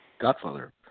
Godfather